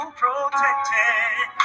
protected